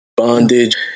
Bondage